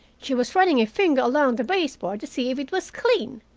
she was running a finger along the baseboard to see if it was clean!